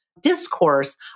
discourse